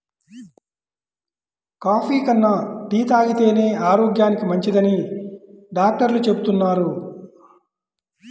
coffee కన్నా tea తాగితేనే ఆరోగ్యానికి మంచిదని డాక్టర్లు చెబుతున్నారు